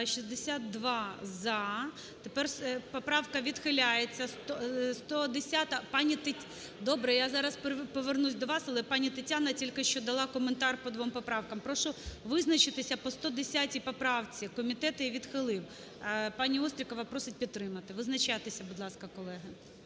За-62 Поправка відхиляється. 110-а… Пані Тетяна… Добре, я зараз повернусь до вас, але пані Тетяна тільки що дала коментар по двом поправкам. Прошу визначитися по 110 поправці, комітет її відхилив. Пані Острікова просить підтримати. Визначайтеся, будь ласка, колеги.